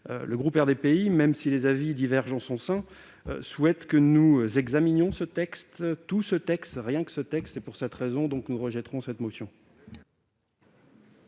et indépendants, même si les avis divergent en son sein sur le fond, souhaite que nous examinions ce texte, tout ce texte, rien que ce texte. Pour cette raison, nous rejetterons cette motion.